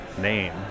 name